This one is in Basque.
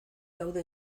gaude